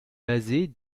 basée